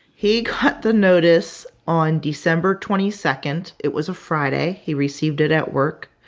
he got the notice on december twenty second. it was a friday. he received it at work.